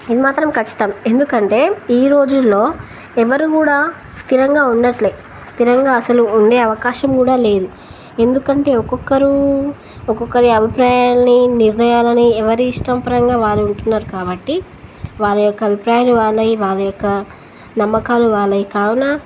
ఇది మాత్రం ఖచ్చితాం ఎందుకంటే ఈ రోజుల్లో ఎవరు గూ కూడా స్థిరంగా ఉన్నట్లే స్థిరంగా అసలు ఉండే అవకాశం కూడా లేదు ఎందుకంటే ఒక్కొక్కరు ఒక్కొక్కరి అభిప్రాయాలని నిర్ణయాలని ఎవరి ఇష్టంపరంగా వారుు ఉంటున్నారు కాబట్టి వారి యొక్క అభిప్రాయాలు వాళ్ళై వారి యొక్క నమ్మకాలు వాళ్ళై కావున